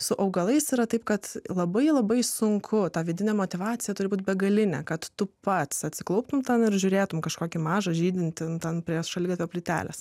su augalais yra taip kad labai labai sunku tą vidinę motyvaciją turi būti begalinė kad tu pats atsiklauptum ten ir žiūrėtum kažkokį mažą žydintį nu ten prie šaligatvio plytelės